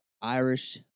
Irish